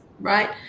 Right